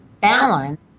balance